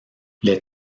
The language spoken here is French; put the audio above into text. les